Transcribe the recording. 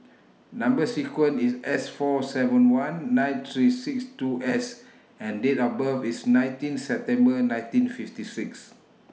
Number sequence IS S four seven one nine three six two S and Date of birth IS nineteen September nineteen fifty six